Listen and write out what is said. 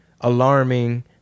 alarming